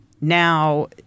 now